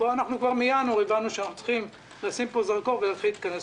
כבר מינואר הבנו שאנחנו צריכים לשים פה זרקור ולהתחיל להתכנס.